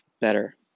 better